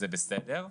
זה בסדר,